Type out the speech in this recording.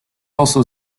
also